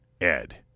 Ed